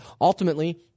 ultimately